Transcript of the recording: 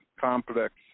complex